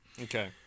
Okay